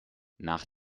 nach